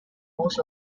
most